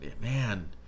Man